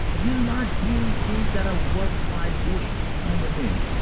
you're not doing things that are worthwhile doing now naveen,